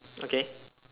okay